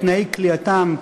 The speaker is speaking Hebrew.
תנאי כליאתם,